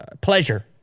pleasure